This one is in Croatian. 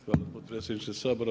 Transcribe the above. Hvala potpredsjedniče Sabora.